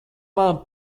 man